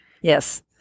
Yes